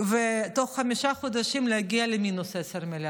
ותוך חמישה חודשים להגיע למינוס 10 מיליארד.